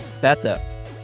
better